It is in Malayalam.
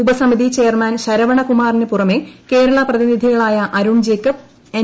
ഉപസമിതി ചെയർമാൻ ശ്രരവണകുമാറിനു പുറമെ കേരള പ്രതിനിധികളായ അരുൺ ജേക്ടബ്ബ് എൻ